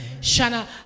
Shana